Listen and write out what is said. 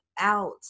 out